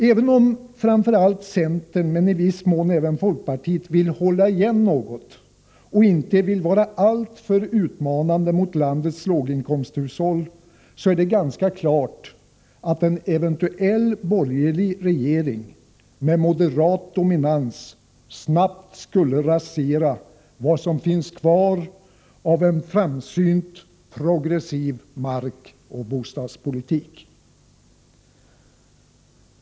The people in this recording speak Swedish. Även om framför allt centern men i viss mån även folkpartiet vill hålla igen något och inte vara alltför utmanande mot landets låginkomsthushåll, är det ganska klart att en eventuell borgerlig regering med moderat dominans snabbt skulle rasera vad som finns kvar av framsynt, progressiv markoch bostadspolitik.